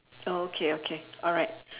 okay okay alright